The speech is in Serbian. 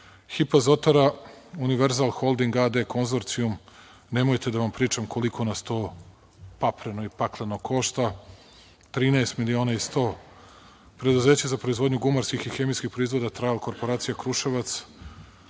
HIP Azotara Univerzal holding a.d. Konzorcijum, nemojte da vam pričam koliko nas to pakleno i pakleno košta, 13 miliona i 100.000. Preduzeće za proizvodnju gumarskih i hemijskih proizvoda „Trajal“ Korporacija Kruševac,